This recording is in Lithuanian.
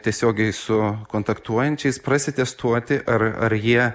tiesiogiai su kontaktuojančiais prasi testuoti ar ar jie